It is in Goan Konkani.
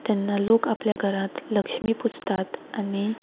तेन्ना लोक आपल्या घरांत लक्ष्मी पुजतात आनी